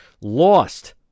Lost